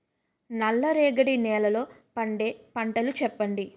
నల్ల రేగడి నెలలో పండే పంటలు చెప్పండి?